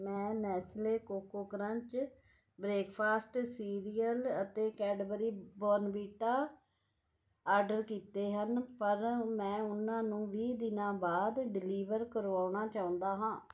ਮੈਂ Nestle Koko Krunch breakfast cereal ਅਤੇ Cadbury Bournvita order ਕੀਤੇ ਹਨ ਪਰ ਮੈਂ ਉਹਨਾਂ ਨੂੰ ਵੀਹ ਦਿਨਾਂ ਬਾਅਦ ਡਿਲੀਵਰ ਕਰਵਾਉਣਾ ਚਾਹੁੰਦਾ ਹਾਂ